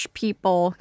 people